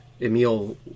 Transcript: Emil